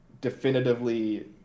definitively